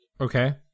Okay